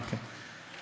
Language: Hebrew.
גם כן.